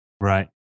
Right